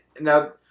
now